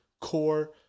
core